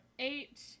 Eight